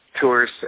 tours